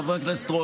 חבר הכנסת רול,